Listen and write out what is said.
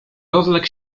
rozległ